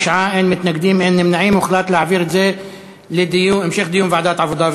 ההצעה להעביר את הנושא לוועדת העבודה,